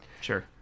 Sure